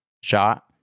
shot